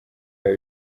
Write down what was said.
biba